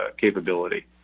capability